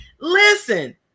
Listen